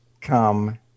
come